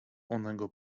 onego